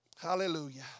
Hallelujah